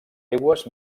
aigües